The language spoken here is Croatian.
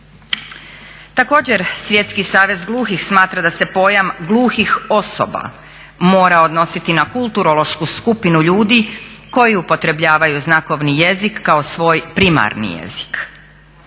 Također, Svjetski savez gluhih smatra da se pojam gluhih osoba mora odnositi na kulturološku skupinu ljudi koji upotrebljavaju znakovni jezik kao svoj primarni jezik.